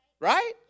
Right